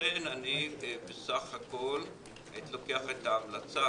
לכן אני בסך הכול הייתי לוקח את ההמלצה